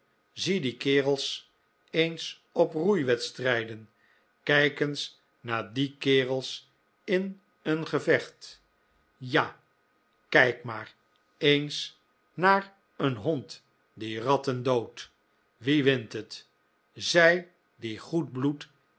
zie die kerels eens op roeiwedstrijden kijk eens naar die kerels in een gevecht ja kijk maar eens naar een hond die ratten dood wie wint het zij die goed bloed